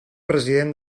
president